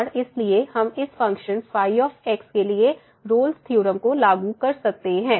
और इसलिए हम इस फ़ंक्शन के लिए रोल्स थ्योरम Rolle's theorem को लागू कर सकते हैं